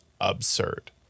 absurd